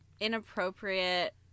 inappropriate